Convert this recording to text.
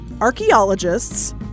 archaeologists